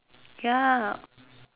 ya